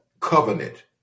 covenant